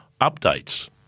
updates